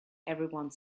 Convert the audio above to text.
everyone